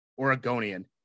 Oregonian